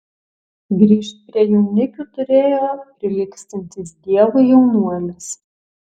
grįžt prie jaunikių turėjo prilygstantis dievui jaunuolis